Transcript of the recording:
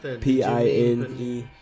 p-i-n-e